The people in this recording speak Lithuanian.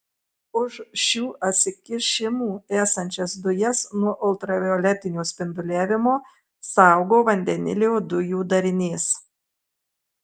už šių atsikišimų esančias dujas nuo ultravioletinio spinduliavimo saugo vandenilio dujų darinys